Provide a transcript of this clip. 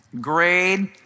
grade